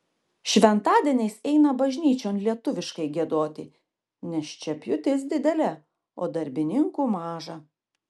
šventadieniais eina bažnyčion lietuviškai giedoti nes čia pjūtis didelė o darbininkų maža